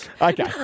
Okay